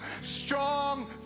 strong